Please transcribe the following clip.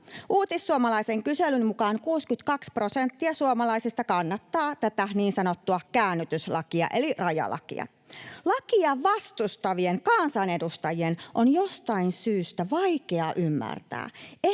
Uutissuomalaisen kyselyn mukaan 62 prosenttia suomalaisista kannattaa tätä niin sanottua käännytyslakia eli rajalakia. Lakia vastustavien kansanedustajien on jostain syystä vaikea ymmärtää,